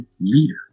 leader